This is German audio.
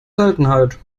seltenheit